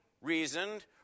reasoned